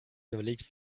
überlegt